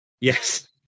yes